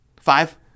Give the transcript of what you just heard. Five